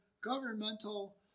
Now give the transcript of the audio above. governmental